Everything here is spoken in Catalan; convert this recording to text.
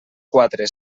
quatre